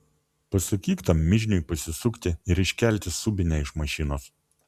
pasakyk tam mižniui pasisukti ir iškelti subinę iš mašinos